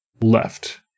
left